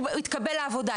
הוא התקבל לעבודה,